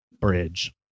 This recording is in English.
bridge